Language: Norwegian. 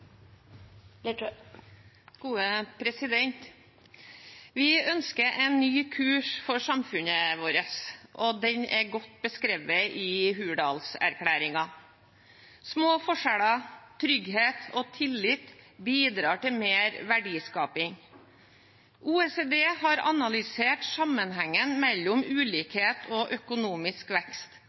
Vi ønsker en ny kurs for samfunnet vårt. Den er godt beskrevet i Hurdalsplattformen. Små forskjeller, trygghet og tillit bidrar til mer verdiskaping. OECD har analysert sammenhengen mellom ulikhet og økonomisk vekst, og konklusjonen er at økt ulikhet bidrar til en lavere økonomisk vekst.